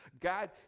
God